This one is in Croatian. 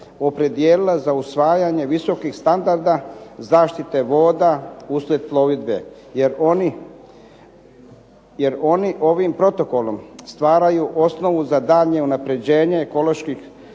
opredijelila za usvajanje visokih standarda zaštite voda uslijed plovidbe jer oni ovim protokolom stvaraju osnovu za daljnje unapređenje ekoloških